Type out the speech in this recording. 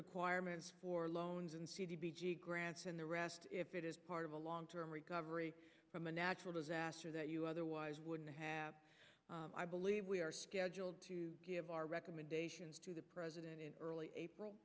requirements for loans and grants and the rest if it is part of a long term recovery from a natural disaster that you otherwise wouldn't have i believe we are scheduled to give our recommendations to the president in early april